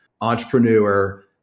entrepreneur